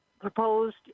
proposed